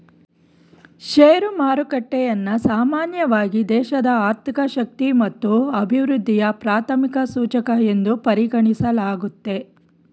share ಮಾರುಕಟ್ಟೆಯನ್ನ ಸಾಮಾನ್ಯವಾಗಿ ದೇಶದ ಆರ್ಥಿಕ ಶಕ್ತಿ ಮತ್ತು ಅಭಿವೃದ್ಧಿಯ ಪ್ರಾಥಮಿಕ ಸೂಚಕ ಎಂದು ಪರಿಗಣಿಸಲಾಗುತ್ತೆ